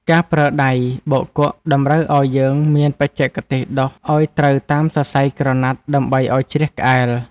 ការប្រើដៃបោកគក់តម្រូវឱ្យយើងមានបច្ចេកទេសដុសឱ្យត្រូវតាមសរសៃក្រណាត់ដើម្បីឱ្យជ្រះក្អែល។